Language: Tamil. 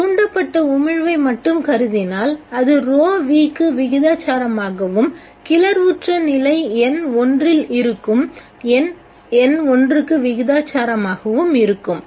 நாம் தூண்டப்பட்ட உமிழ்வை மட்டும் கருதினால் அது ρν க்கு விகிதாசாரமாகவும் கிளறிவுற்ற நிலை N1 இல் இருக்கும் எண் N1 க்கும் விகிதாசாரமாக இருக்கும்